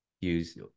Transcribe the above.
use